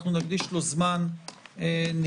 נקדיש לו זמן נכבד.